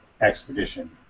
expedition